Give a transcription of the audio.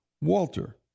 Walter